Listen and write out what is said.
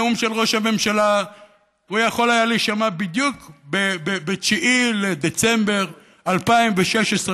הנאום של ראש הממשלה היה יכול להישמע בדיוק ב-9 בדצמבר 2016,